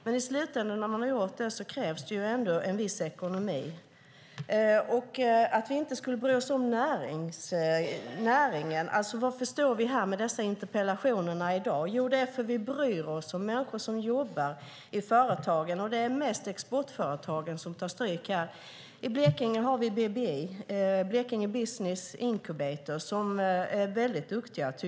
Och i slutändan krävs trots allt en viss ekonomi. Det sades att vi inte bryr oss om näringen. Varför står vi då här med dessa interpellationer? Jo, det är för att vi bryr oss om människorna som jobbar i företagen. Det är mest exportföretagen som tar stryk. I Blekinge har vi BBI, Blekinge Business Incubator, och de är väldigt duktiga.